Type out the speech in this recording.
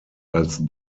als